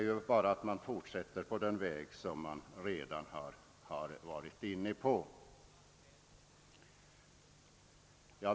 Man har bara att fortsätta på den väg man redan är inne på.